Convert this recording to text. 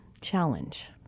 challenge